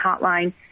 Hotline